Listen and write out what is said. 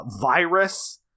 Virus